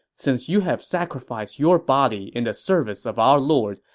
since you have sacrificed your body in the service of our lord,